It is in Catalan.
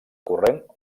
corrent